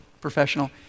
professional